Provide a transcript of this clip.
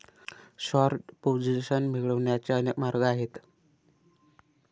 short position मिळवण्याचे अनेक मार्ग आहेत